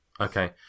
Okay